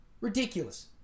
Ridiculous